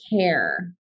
care